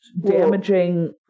damaging